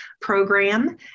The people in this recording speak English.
program